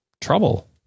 trouble